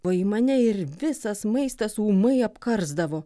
o į mane ir visas maistas ūmai apkarsdavo